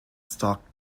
stalk